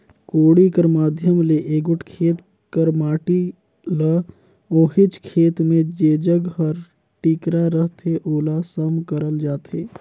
कोड़ी कर माध्यम ले एगोट खेत कर माटी ल ओहिच खेत मे जेजग हर टिकरा रहथे ओला सम करल जाथे